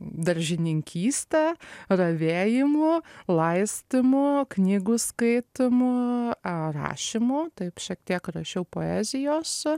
daržininkyste ravėjimu laistymu knygų skaitymu rašymu taip šiek tiek rašiau poezijos